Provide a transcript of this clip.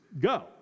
go